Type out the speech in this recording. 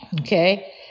okay